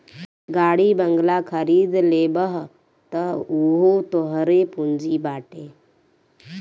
गाड़ी बंगला खरीद लेबअ तअ उहो तोहरे पूंजी बाटे